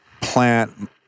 plant